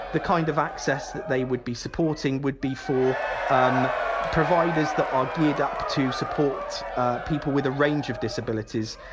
the kind of access that they would be supporting would be for um providers that are geared up to support people with a range of disabilities,